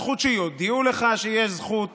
הזכות שיודיעו לך שיש לך זכות